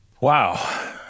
Wow